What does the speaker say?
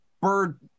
bird